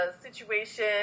situation